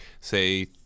say